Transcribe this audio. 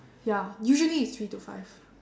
ya usually it's three to five